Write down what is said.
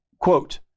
Quote